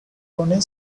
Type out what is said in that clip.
ronnie